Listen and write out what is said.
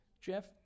Jeff